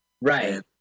right